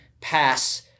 pass